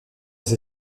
les